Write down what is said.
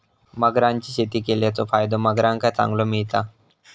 मगरांची शेती केल्याचो फायदो मगरांका चांगलो मिळता